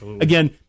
again